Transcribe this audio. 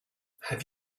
have